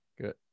good